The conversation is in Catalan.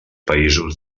països